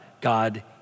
God